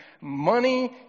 money